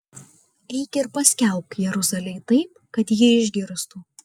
eik ir paskelbk jeruzalei taip kad ji išgirstų